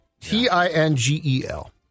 T-I-N-G-E-L